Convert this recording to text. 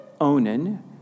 Onan